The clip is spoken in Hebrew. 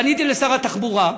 פניתי לשר התחבורה,